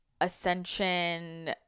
ascension